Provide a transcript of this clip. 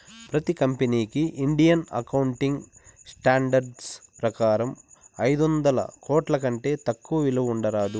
ప్రతి కంపెనీకి Indian accounting standards ప్రకారం ఐదొందల కోట్ల కంటే తక్కువ విలువ ఉండరాదు